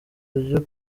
ryo